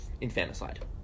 infanticide